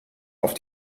auf